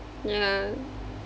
ya